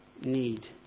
need